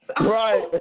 Right